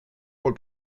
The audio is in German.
wohl